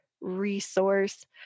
resource